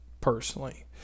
personally